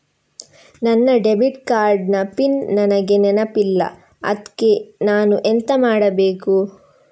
ನನ್ನ debit card ನ PIN ನನಗೆ ನೆನಪಿಲ್ಲ ಅದ್ಕೆ ನಾನು ಎಂತ ಮಾಡಬೇಕು?